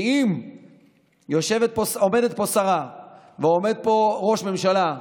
כי אם עומדת פה שרה ועומד פה ראש ממשלה,